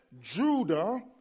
Judah